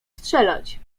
strzelać